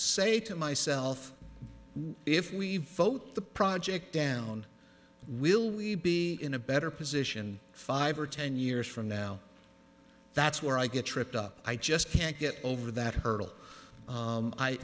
say to myself if we vote the project down will we be in a better position five or ten years from now that's where i get tripped up i just can't get over that hurdle